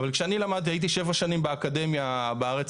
אבל כשאני למדתי, הייתי שבע שנים באקדמיה בארץ.